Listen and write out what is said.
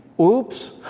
Oops